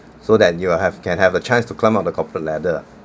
so that you will have can have a chance to climb up the corporate ladder